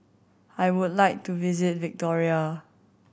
I would like to visit Victoria